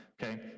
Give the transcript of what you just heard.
okay